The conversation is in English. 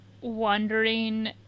wondering